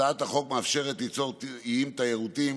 הצעת החוק מאפשרת ליצור איים תיירותיים